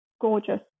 gorgeous